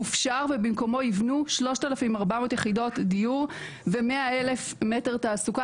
הופשר ובמקומו יבנו 3,400 יחידות דיור ו-100,000 מטר תעסוקה,